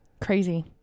Crazy